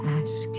ask